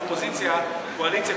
אופוזיציה-קואליציה,